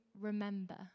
remember